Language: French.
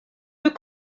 deux